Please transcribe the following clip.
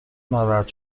ناراحت